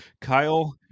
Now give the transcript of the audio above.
Kyle